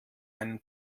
einen